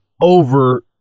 over